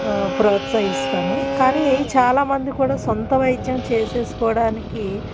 ప్రోత్సహిస్తాను కానీ చాలా మంది కూడా సొంత వైద్యం చేసేసుకోవడానికి